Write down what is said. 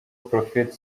prophet